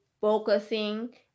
focusing